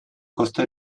costa